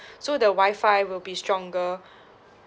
so the wifi will be stronger